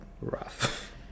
rough